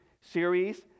series